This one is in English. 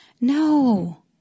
No